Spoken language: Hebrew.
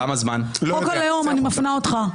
חוק הלאום, אני מפנה אותך.